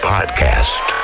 Podcast